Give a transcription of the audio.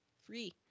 free